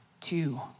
two